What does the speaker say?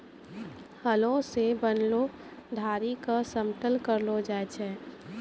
हलो सें बनलो धारी क समतल करलो जाय छै?